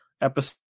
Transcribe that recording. episode